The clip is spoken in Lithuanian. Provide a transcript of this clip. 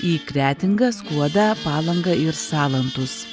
į kretingą skuodą palangą ir salantus